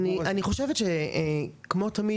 אני חושבת שכמו תמיד,